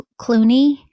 Clooney